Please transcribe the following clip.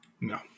No